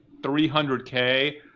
300K